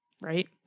right